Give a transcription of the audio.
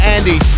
Andy